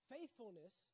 Faithfulness